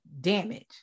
Damage